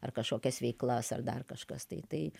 ar kažkokias veiklas ar dar kažkas tai tai